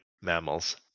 mammals